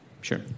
Sure